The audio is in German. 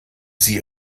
sie